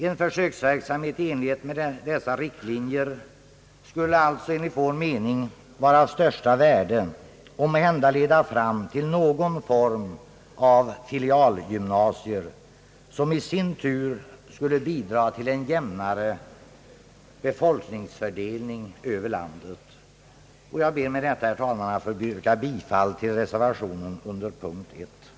En försöksverksamhet i enlighet med dessa riktlinjer skulle enligt vår mening vara av största värde och måhända leda fram till: någon form av filialgymnasier, som i sin tur skulle bidra till en jämnare befolkningsfördelning över landet. Jag ber med detta, herr talman, att få yrka bifall till reservationen av herr Thorsten Larsson m.fl.